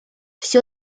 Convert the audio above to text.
все